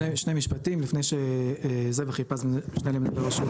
שני משפטים לפני שזאב אחיפז יציג,